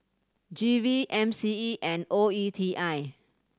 G V M C E and O E T I